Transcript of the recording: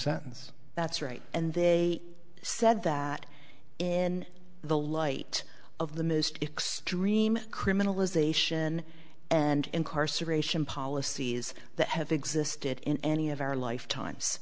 sentence that's right and they said that in the light of the most extreme criminalization and incarceration policies that have existed in any of our lifetimes